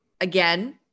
again